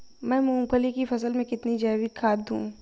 मैं मूंगफली की फसल में कितनी जैविक खाद दूं?